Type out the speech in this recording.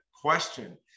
question